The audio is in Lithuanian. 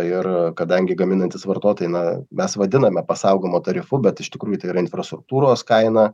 ir kadangi gaminantys vartotojai na mes vadiname pasaugojimo tarifu bet iš tikrųjų tai yra infrastruktūros kaina